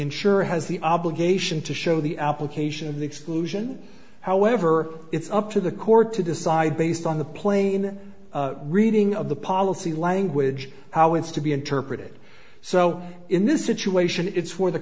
insurer has the obligation to show the application of the exclusion however it's up to the court to decide based on the plain reading of the policy language how it's to be interpreted so in this situation it's for the